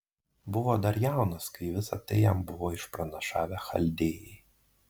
buvo dar jaunas kai visa tai jam buvo išpranašavę chaldėjai